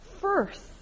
first